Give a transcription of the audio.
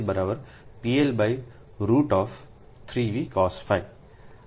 PL3V cosϕ આ સમીકરણ 35 છે